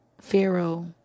Pharaoh